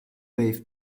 wave